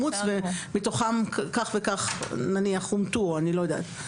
מתוך כך נמסרו לאימוץ ומתוכם כך וכך נניח הומתו' אני לא יודעת.